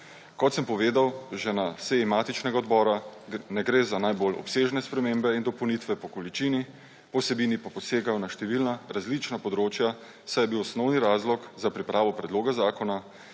Kot sem povedal že na seji matičnega odbora, ne gre za najbolj obsežne spremembe in dopolnitve po količini, po vsebini pa posegajo na številna, različna področja, saj je bil osnovni razlog za pripravo predloga zakona